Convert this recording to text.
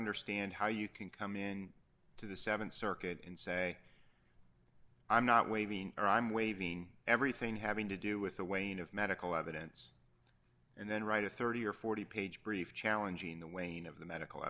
understand how you can come in to the th circuit and say i'm not waiving or i'm waving everything having to do with the weighing of medical evidence and then write a thirty or forty page brief challenging the wain of the medical